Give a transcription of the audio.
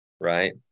right